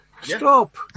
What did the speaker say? Stop